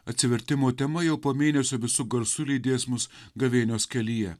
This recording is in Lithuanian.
atsivertimo tema jau po mėnesio visu garsu lydės mus gavėnios kelyje